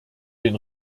den